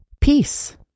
peace